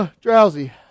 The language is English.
drowsy